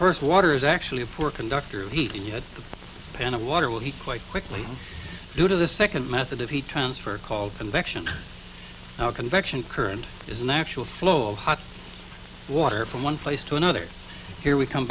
course water is actually a four conductor of heat and yet the pan of water will be quite quickly due to the second method of heat transfer called convection convection current is a natural flow of hot water from one place to another here we come